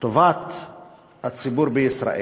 טובת הציבור בישראל,